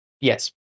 Yes